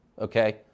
okay